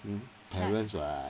mm parents [what]